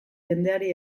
jendeari